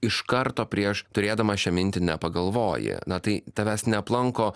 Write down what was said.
iš karto prieš turėdama šią mintį nepagalvoji na tai tavęs neaplanko